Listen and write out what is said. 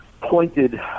pointed